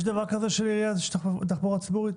יש דבר כזה שלעירייה יש תחבורה ציבורית?